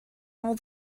all